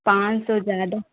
पाँच सौ ज़्यादा